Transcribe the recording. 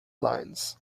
lines